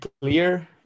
clear